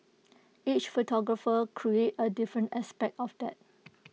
each photographer created A different aspect of that